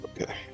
Okay